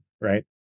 right